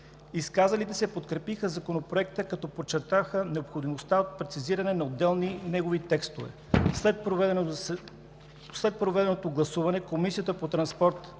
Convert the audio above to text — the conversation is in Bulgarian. Изказалите се подкрепиха Законопроекта, като подчертаха необходимостта от прецизиране на отделни негови текстове. След проведеното гласуване Комисията по транспорт,